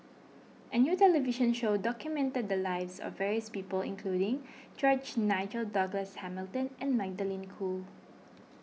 a new television show documented the lives of various people including George Nigel Douglas Hamilton and Magdalene Khoo